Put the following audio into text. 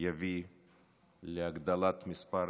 יביא להגדלת מספר